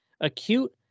acute